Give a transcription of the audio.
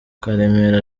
karemera